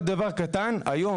היום,